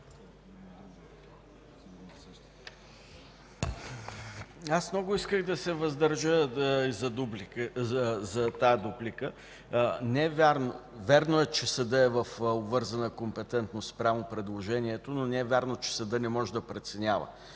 Аз много исках да се въздържа за тази дуплика. Не е вярно! Вярно е, че съдът е в обвързана компетентност спрямо предложението, но не е вярно, че съдът не може да преценява.